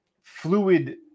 fluid